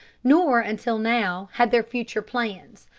nor, until now, had their future plans,